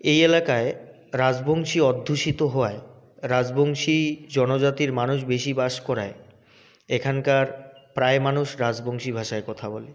এই এলাকায় রাজবংশী অধ্যুষিত হওয়ায় রাজবংশী জনজাতির মানুষ বেশি বাস করায় এখানকার প্রায় মানুষ রাজবংশী ভাষায় কথা বলে